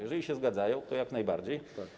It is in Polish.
Jeżeli się zgadzają, to jak najbardziej.